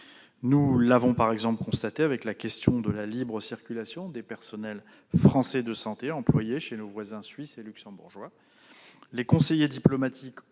Nous l'avons par exemple constaté avec la question de la libre circulation des personnels français de santé employés chez nos voisins suisses et luxembourgeois. Les conseillers diplomatiques